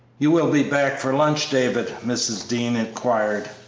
you will be back for lunch, david? mrs. dean inquired.